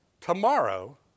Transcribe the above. tomorrow